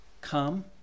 come